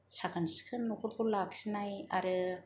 साखोन सिखोन न'खरखौ लाखिनाय आरो